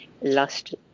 last